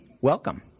welcome